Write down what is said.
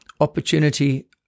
Opportunity